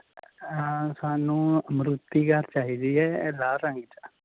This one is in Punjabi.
ਸਾਨੂੰ ਮਰੂਤੀ ਕਾਰ ਚਾਹੀਦੀ ਹੈ ਲਾਲ ਰੰਗ 'ਚ